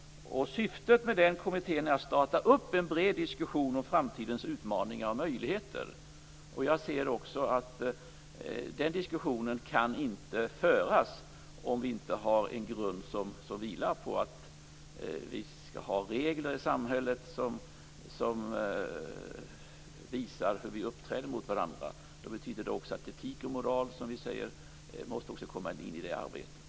Syftet med den kommittén är att starta en bred diskussion om framtidens utmaningar och möjligheter. Jag anser också att den diskussionen inte kan föras om vi inte i grunden har regler i samhället som visar hur vi uppträder mot varandra. Det betyder att också etik och moral, som vi säger, måste komma in i det arbetet.